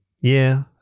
Yeah